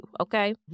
okay